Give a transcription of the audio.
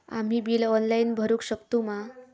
आम्ही bill online भरुक शकतू मा?